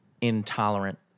intolerant